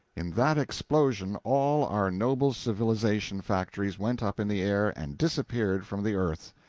in that explosion all our noble civilization-factories went up in the air and disappeared from the earth.